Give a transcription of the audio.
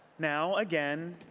now again,